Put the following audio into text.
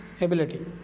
ability